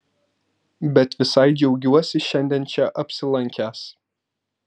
bet visai džiaugiuosi šiandien čia apsilankęs